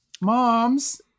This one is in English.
Moms